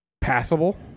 passable